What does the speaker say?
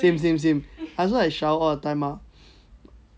same same I also like shower all the time ah